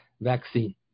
vaccine